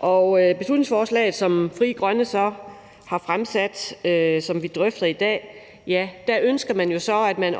I beslutningsforslaget, som Frie Grønne har fremsat, og som vi drøfter i dag, ønsker man så, at man